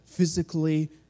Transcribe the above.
physically